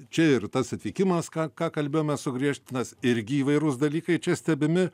čia ir tas atvykimas ką ką kalbėjome sugriežtintas irgi įvairūs dalykai čia stebimi